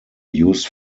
used